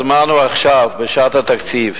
הזמן הוא עכשיו, בשעת התקציב.